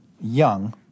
young